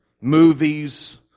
movies